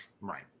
right